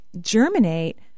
germinate